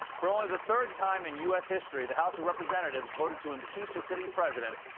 for only the third time in u s. history, the house of representatives voted to impeach a sitting president,